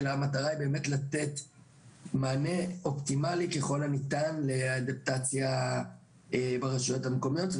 אלא המטרה היא לתת מענה אופטימלי ככל הניתן לאדפטציה ברשויות המקומיות,